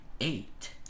eight